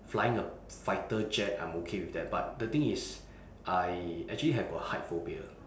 flying a fighter jet I'm okay with that but the thing is I actually have a height phobia